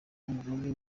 umugozi